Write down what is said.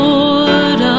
Lord